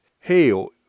Hell